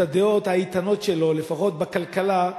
את הדעות האיתנות שלו, לפחות בכלכלה.